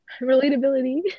relatability